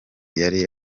yari